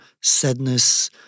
sadness